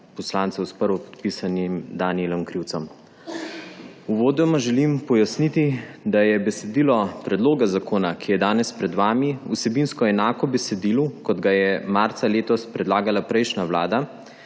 poslancev s prvopodpisanim Danijelom Krivcem. Uvodoma želim pojasniti, da je besedilo predloga zakona, ki je danes pred vami, vsebinsko enako besedilu kot ga je marca letos predlagala prejšnja vlada